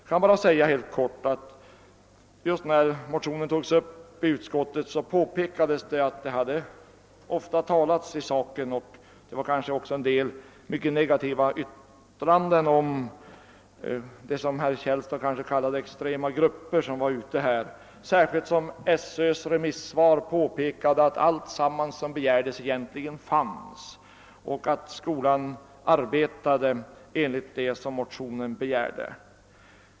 Jag vill i det avseendet helt kort anföra att det vid motionens behandling i utskottet påpekades att det ofta talats om denna sak. Det förekom kanske också en del negativa uttalanden om vad herr Källstad kallade »extrema grupper» som agerar på detta område. Det framhölls också att skolöverstyrelsens remissyttrande hade påpekat, att allt det som begärs i motionen egentligen redan finns och att skolan har den undervisning motionen talar för.